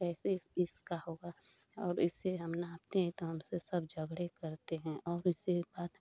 कैसे इसका होगा और इससे हम नापते हैं तो हमसे सब झगड़े करते हैं और उसके बाद